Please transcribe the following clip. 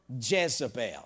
Jezebel